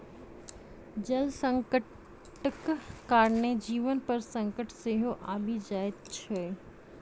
जल संकटक कारणेँ जीवन पर संकट सेहो आबि जाइत छै